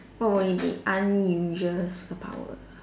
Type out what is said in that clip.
what would it be unusual superpower